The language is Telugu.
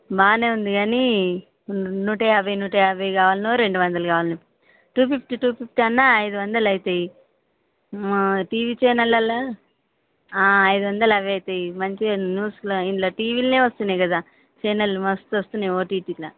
బాగా ఉంది కానీ నూట యాభై నూట యాభై కావాలనో రెండు వందలు కావాలనో టూ ఫిఫ్టీ టూ ఫిఫ్టీ అన్న ఐదు వందలు అవుతాయి టీవీ చానెల్ లలో ఆ ఐదు వందలు అవే అవుతాయి మంచిగా న్యూస్లో ఇందులో టీవీలలో వస్తున్నాయి కదా చానెళ్ళు మస్తు వస్తున్నాయి ఓటీటీలో